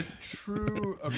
true